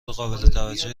قابلتوجه